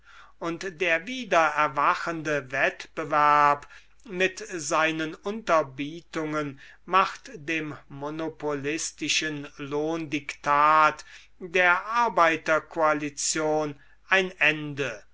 und der wiedererwachende wettbewerb mit seinen unterbietungen macht dem monopolistischen lohndiktat der arbeiterkoalition ein ende